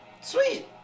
Sweet